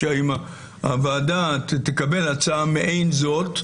הוועדה תקבל הצעה מעין זאת,